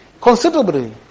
considerably